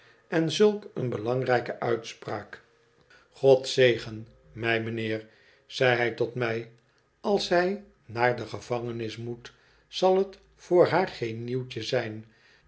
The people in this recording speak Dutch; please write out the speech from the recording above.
en zulk een belangrijke uitspraak god zegen mij mijnheer zei hij tot mij als zij naar de gevangenis moet zal het voor haar geen nieuwtje zijn